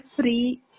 free